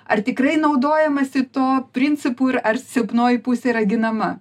ar tikrai naudojamasi tuo principu ir ar silpnoji pusė yra ginama